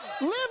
Live